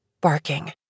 Barking